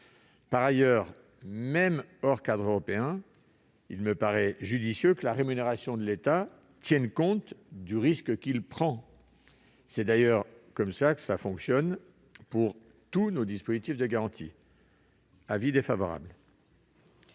Au reste, même hors cadre européen, il me paraît judicieux que la rémunération de l'État tienne compte du risque qu'il prend. C'est d'ailleurs ainsi que fonctionnent tous nos dispositifs de garantie. J'émets